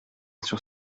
sur